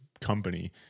company